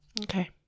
Okay